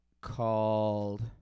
called –